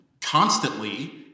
constantly